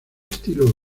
estilo